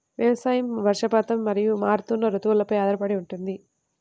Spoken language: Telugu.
వ్యవసాయం వర్షపాతం మరియు మారుతున్న రుతువులపై ఆధారపడి ఉంటుంది